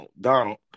Donald